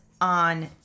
on